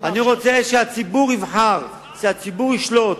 אני רוצה שהציבור יבחר, שהציבור ישלוט,